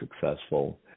successful